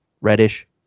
Reddish